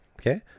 Okay